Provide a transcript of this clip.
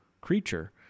creature